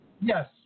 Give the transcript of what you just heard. Yes